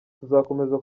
tuzakomeza